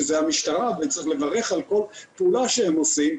שזאת המשטרה וצריך לברך על כל פעולה שהיא עושה,